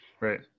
Right